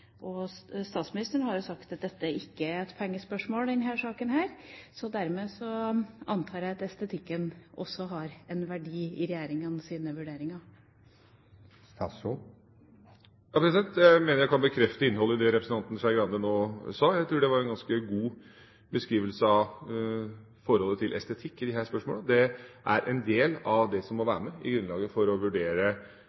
Statsministeren har jo sagt i denne saken at dette ikke er et pengespørsmål. Dermed antar jeg at estetikken også har en verdi i regjeringas vurderinger. Jeg mener jeg kan bekrefte innholdet i det representanten Skei Grande nå sa. Jeg tror det var en ganske god beskrivelse av forholdet til estetikk i disse spørsmålene. Det er en del av det som må